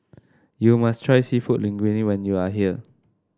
you must try seafood Linguine when you are here